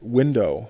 window